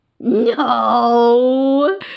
No